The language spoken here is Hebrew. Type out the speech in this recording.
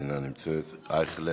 אינה נמצאת, אייכלר,